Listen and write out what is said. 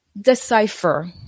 decipher